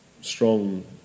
strong